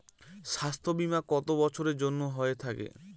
স্বাস্থ্যবীমা কত বছরের জন্য হয়ে থাকে?